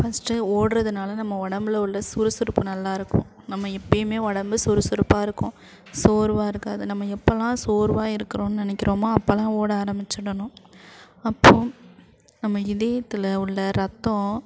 first ஓடுறதுனால நம்ம உடம்பில் உள்ள சுறுசுறுப்பு நல்லாயிருக்கும் நம்ம எப்போயுமே உடம்பு சுறுசுறுப்பாக இருக்கும் சோர்வாக இருக்காது நம்ம எப்போல்லாம் சோர்வாக இருக்கிறோன்னு நினைக்கிறோமோ அப்போல்லாம் ஓட ஆரம்பிச்சிடணும் அப்போ நம்ம இதயத்தில் உள்ள ரத்தம்